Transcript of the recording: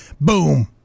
boom